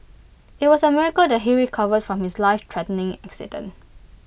IT was A miracle that he recovered from his lifethreatening accident